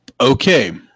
Okay